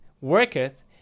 worketh